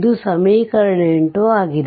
ಇದು ಸಮೀಕರಣ 8 ಆಗಿದೆ